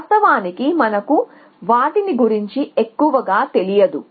వాస్తవానికి మనకు వాటిని గురించి ఎక్కువగా తెలియదు